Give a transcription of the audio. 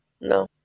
No